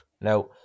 Now